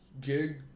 gig